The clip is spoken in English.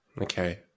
Okay